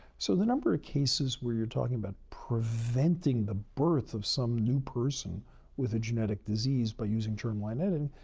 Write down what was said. so, the number of cases where you're talking about preventing the birth of some new person with a genetic disease by using germline editing,